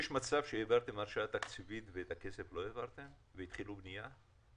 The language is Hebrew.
יש מצב שהעברתם הרשאה תקציבית ואת הכסף לא העברתם והתחילו בנייה?